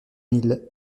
mille